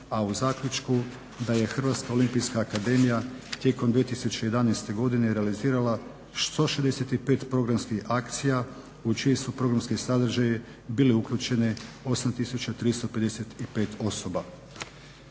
a u zaključku da je Hrvatska olimpijska akademija tijekom 2011. godine realizirala 165 programskih akcija u čije su programske sadržaje bili uključeni 8 tisuća